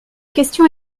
question